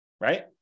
Right